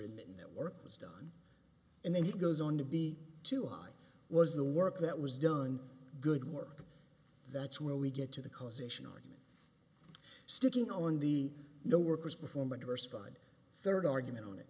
in that work was done and then he goes on to be two i was the work that was done good work that's where we get to the causation argument sticking on the no workers before more diversified third argument on it